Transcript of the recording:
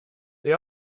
they